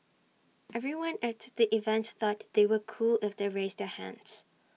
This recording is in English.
everyone at the event thought they were cool if they raised their hands